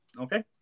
Okay